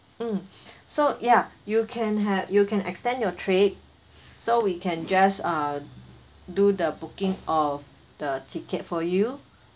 mm so yeah you can have you can extend your trip so we can just uh do the booking of the ticket for you